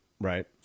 Right